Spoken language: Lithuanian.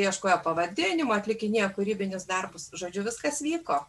ieškojo pavadinimo atlikinėjo kūrybinius darbus žodžiu viskas vyko